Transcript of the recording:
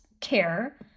care